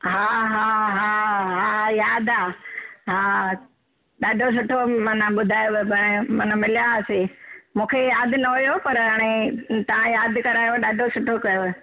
हा हा हा हा यादि आहे हा ॾाढो सुठो मन ॿुधायुव पाण मिलियासीं मूंखे यादि न हुयो पर हाणे तव्हां यादि करायुव ॾाढो सुठो कयुव